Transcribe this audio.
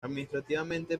administrativamente